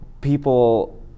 people